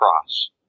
cross